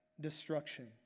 destruction